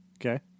Okay